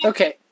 Okay